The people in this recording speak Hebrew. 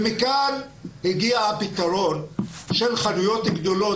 מכאן הגיע הפתרון של חנויות גדולות